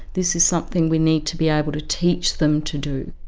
this is something we need to be able to teach them to do.